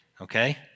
Okay